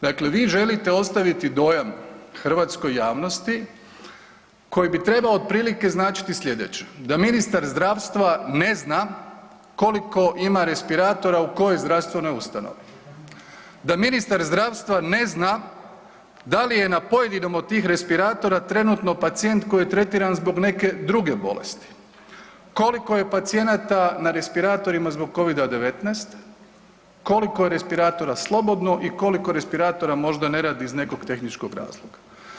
Dakle, vi želite ostaviti dojam hrvatskoj javnosti koji bi trebao otprilike značiti slijedeće da ministar zdravstva ne zna koliko ima respiratora u kojoj zdravstvenoj ustanovi, da ministar zdravstva ne zna da li je na pojedinom od tih respiratora trenutno pacijent koji je tretiran zbog neke druge bolesti, koliko je pacijenata na respiratorima zbog Covid-19, koliko je respiratora slobodna i koliko respiratora možda ne radi iz nekog tehničkog razloga.